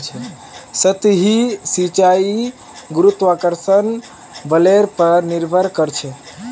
सतही सिंचाई गुरुत्वाकर्षण बलेर पर निर्भर करछेक